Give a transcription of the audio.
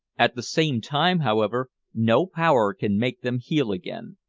at the same time, however, no power can make them heal again.